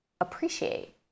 appreciate